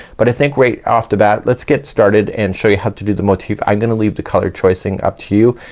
but i think right off the bat let's get started and show you how to do the motif. i'm gonna leave the color choice and up to you.